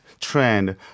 trend